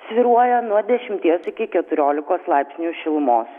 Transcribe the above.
svyruoja nuo dešimties iki keturiolikos laipsnių šilumos